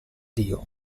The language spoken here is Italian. dio